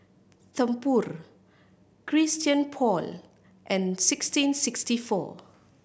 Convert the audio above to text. Tempur Christian Paul and sixteen sixty four